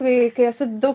kai kai esu daug